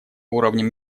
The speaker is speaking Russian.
уровнем